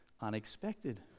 unexpected